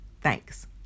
Thanks